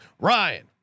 Ryan